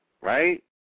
right